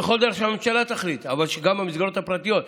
בכל דרך שהממשלה תחליט, אבל גם המסגרות הפרטיות.